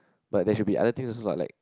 but there should be other things also lah like